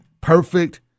perfect